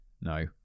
No